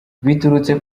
byaturutse